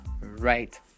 right